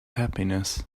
happiness